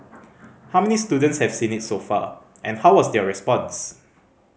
how many students have seen it so far and how was their response